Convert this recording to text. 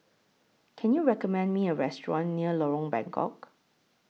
Can YOU recommend Me A Restaurant near Lorong Bengkok